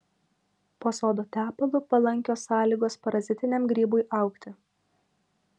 po sodo tepalu palankios sąlygos parazitiniam grybui augti